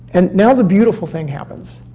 and now the beautiful thing happens.